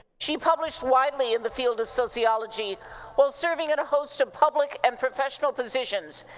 she published widely in the field of sociology while serving in a host of public and professional positions,